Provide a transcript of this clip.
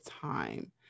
time